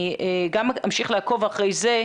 אני גם אמשיך לעקוב אחרי זה,